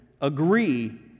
agree